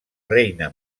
reina